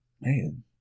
Man